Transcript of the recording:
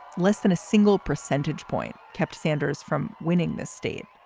less than a single percentage point kept sanders from winning this state